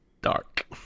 dark